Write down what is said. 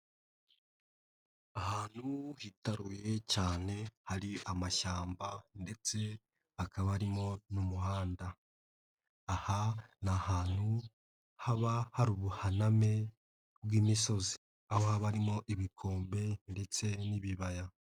Ahantu hitaruye cyane hari amashyamba ndetse hakaba harimo n'umuhanda, aha ni ahantutu haba hari ubuhaname bw'imisozi, aho barimo ibikombe ndetse n'ibibaya.